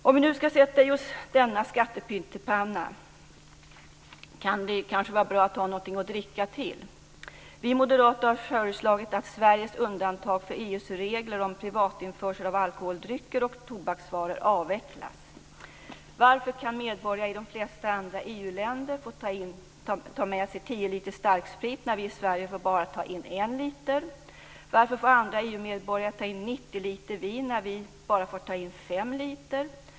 Om vi nu ska sätta i oss denna skattepyttipanna kan det kanske vara bra att ha något att dricka till. Vi moderater har föreslagit att Sveriges undantag från EU:s regler om privatinförsel av alkoholdrycker och tobaksvaror avvecklas. Varför kan medborgare i de flesta andra EU-länder få ta med sig 10 liter starksprit när vi i Sverige bara får ta in 1 liter? Varför får andra EU-medborgare ta in 90 liter vin när vi bara få ta in 5 liter?